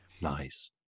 nice